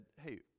hey